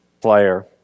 player